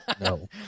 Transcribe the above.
No